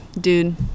Dude